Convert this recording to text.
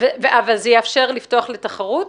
אבל זה יאפשר לפתוח לתחרות?